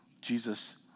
Jesus